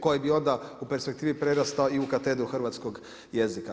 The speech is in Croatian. Koja bi onda u perspektivi prerastao i u katedru hrvatskog jezika.